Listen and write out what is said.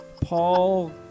Paul